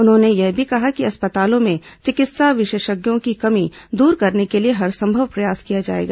उन्होंने यह भी कहा कि अस्पतालों में चिकित्सा विशेषज्ञों की कमी दूर करने के लिए हरसंभव प्रयास किया जाएगा